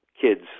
kids